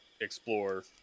explore